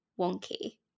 wonky